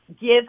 give